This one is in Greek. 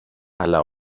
αλλά